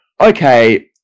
okay